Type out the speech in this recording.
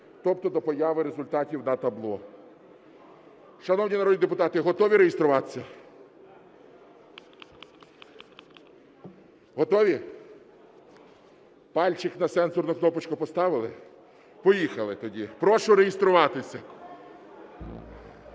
тобто до появи результатів на табло. Шановні народні депутати, готові реєструватися? Готові? Пальчик на сенсорну кнопочку поставили? Поїхали тоді. Прошу реєструватись.